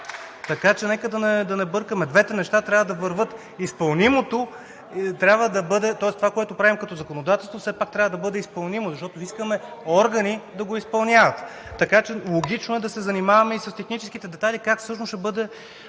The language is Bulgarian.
Така че нека да не бъркаме. Двете неща трябва да вървят. Това, което правим като законодателство, все пак трябва да бъде изпълнимо, защото искаме органи да го изпълняват. Логично е да се занимаваме и с техническите детайли – как всъщност ще бъде